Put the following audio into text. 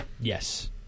yes